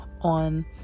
on